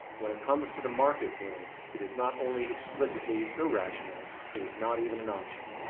when it comes to the market world it is not only explicitly irrational it is not even an option.